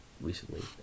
recently